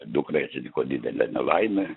dukrai atsitiko didelė nelaimė